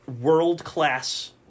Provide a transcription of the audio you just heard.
world-class